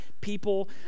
people